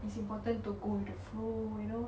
it's important to go with the flow you know